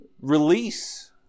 release